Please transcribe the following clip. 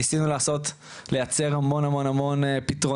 ניסינו לייצר המון המון פתרונות,